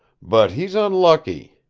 but he's unlucky.